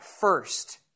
first